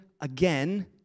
again